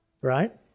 right